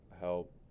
help